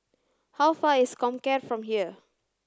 how far is Comcare from here